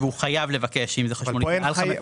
והוא חייב לבקש אם זה חשבונית --- אבל פה אין חייב.